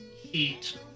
Heat